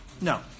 No